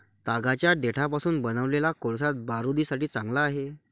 तागाच्या देठापासून बनवलेला कोळसा बारूदासाठी चांगला आहे